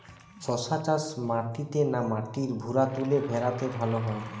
শশা চাষ মাটিতে না মাটির ভুরাতুলে ভেরাতে ভালো হয়?